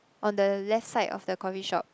on the left side of the coffee shop